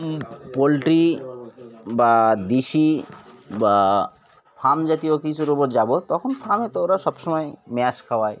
poultry বা দেশি বা ফার্ম জাতীয় কিছুর ওপর যাব তখন ফার্মে তো ওরা সব সময় ম্যাশ খাওয়ায়